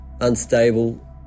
unstable